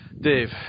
Dave